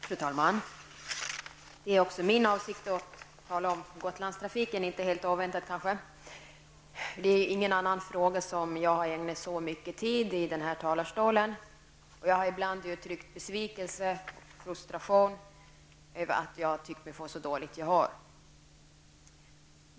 Fru talman! Det är också min avsikt att tala om Gotlandstrafiken, inte helt oväntat kanske. Det är ingen annan fråga som jag har ägnat så mycket tid i denna talarstol, och jag har ibland uttryckt besvikelse och frustration över att jag tyckt mig få så dåligt gehör.